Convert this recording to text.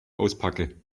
auspacke